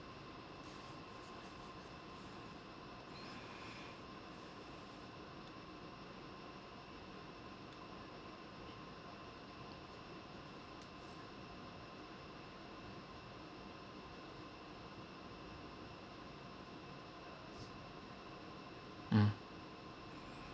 mm